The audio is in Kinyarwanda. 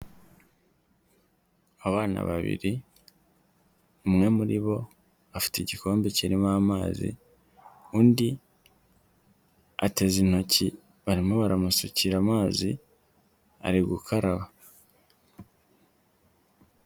Abana babiri umwe muri bo afite igikombe kirimo amazi, undi ateze intoki barimo baramusukira amazi ari gukaraba.